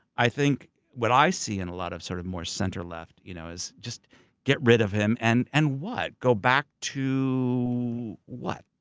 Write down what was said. i think what i see in a lot of sort of more center left, you know is just get rid of him. and and what? go back to what?